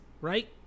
right